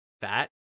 fat